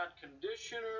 conditioner